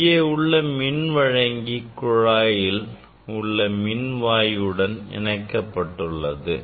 இங்கே உள்ள மின் வழங்கி குழாயில் உள்ள மின் வாயுடன் இணைக்கப்பட்டுள்ளது